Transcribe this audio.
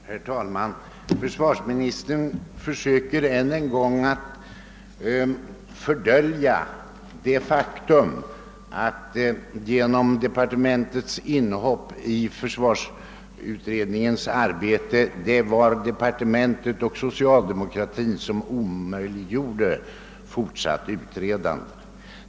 Herr talman! Försvarsministern försöker än en gång fördölja det faktum att det — genom departementets inhopp i försvarsutredningens arbete — var departementet och andra företrädare för socialdemokratin som omöjliggjorde fortsatt utredande.